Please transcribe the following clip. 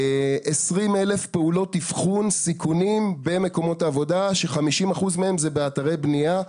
20,000 פעולות אבחון סיכונים במקומות העבודה כש-50% מהם זה באתרי בנייה,